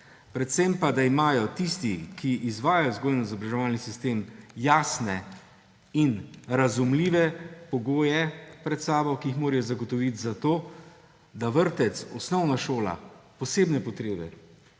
Predvsem pa da imajo tisti, ki izvajajo vzgojno-izobraževalni sistem jasne in razumljive pogoje pred sabo, ki jih morajo zagotoviti zato, da vrtec, osnovna šola, posebne potrebe,